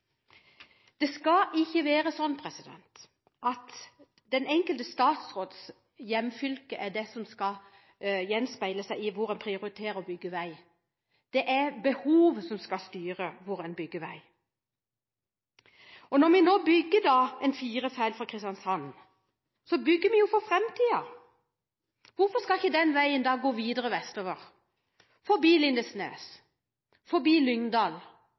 de skal ha ferjefritt Stavanger–Trondheim? Det skal ikke være slik at den enkelte statsråds hjemfylke er det som skal gjenspeile hvor det blir prioritert å bygge vei. Det er behovet som skal styre hvor en bygger vei. Når vi nå bygger fire felt fra Kristiansand, bygger vi for framtiden. Hvorfor skal ikke den veien da gå videre vestover forbi Lindesnes, forbi Lyngdal,